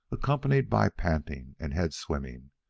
accompanied by panting and head-swimming,